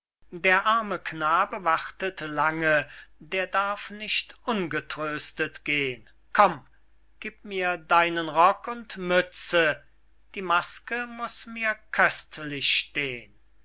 der arme knabe wartet lange der darf nicht ungetröstet gehn komm gib mir deinen rock und mütze die maske muß mir köstlich stehn